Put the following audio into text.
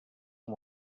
com